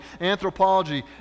anthropology